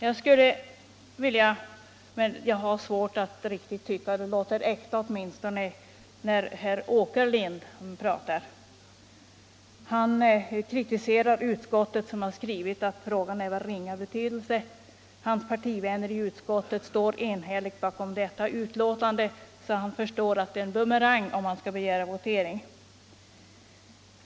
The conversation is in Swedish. Jag har svårt att tycka att det låter riktigt äkta, åtminstone när herr Åkerlind pratar. Han kritiserar utskottet, som har skrivit att frågan är av ringa betydelse. Hans partivänner i utskottet står enhälligt bakom detta betänkande, så han förstår att en begäran om votering skulle bli en bumerang.